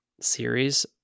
series